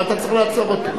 מה אתה צריך לעצור אותו?